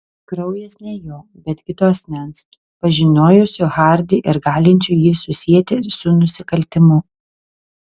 kraujas ne jo bet kito asmens pažinojusio hardį ir galinčio jį susieti su nusikaltimu